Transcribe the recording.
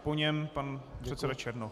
Po něm pan předseda Černoch.